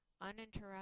uninterrupted